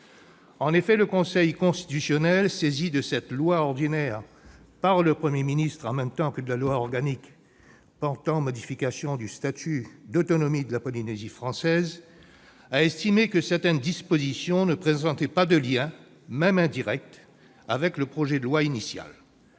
En effet, le Conseil constitutionnel, saisi par le Premier ministre de cette loi ordinaire en même temps que de la loi organique portant modification du statut d'autonomie de la Polynésie française, a estimé que certaines dispositions ne présentaient pas de lien, même indirect, avec le texte initial.